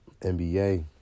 NBA